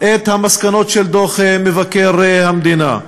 את המסקנות של דוח מבקר המדינה.